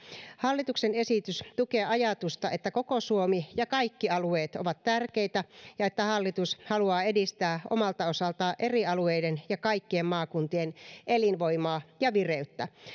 hallituksen esitys tukee ajatusta että koko suomi ja kaikki alueet ovat tärkeitä ja että hallitus haluaa edistää omalta osaltaan eri alueiden ja kaikkien maakuntien elinvoimaa ja vireyttä